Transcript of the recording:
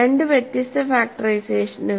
രണ്ട് വ്യത്യസ്ത ഫാക്ടറൈസേഷനുകൾ